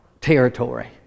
territory